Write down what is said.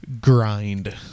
Grind